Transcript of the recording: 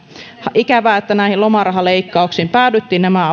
ikävää että näihin lomarahaleikkauksiin päädyttiin nämä